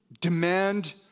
demand